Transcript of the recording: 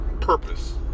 purpose